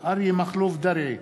אריה מכלוף דרעי,